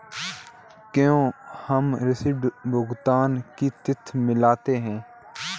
क्या हमें ऋण भुगतान की तिथि मिलती है?